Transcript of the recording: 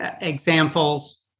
examples